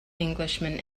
englishman